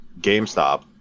GameStop